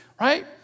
right